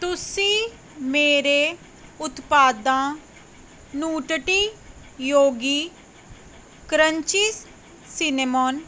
ਤੁਸੀਂ ਮੇਰੇ ਉਤਪਾਦਾਂ ਨੂਟਟੀ ਯੋਗੀ ਕਰੰਚੀ ਸਿਨੇਮੋਨ